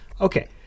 Okay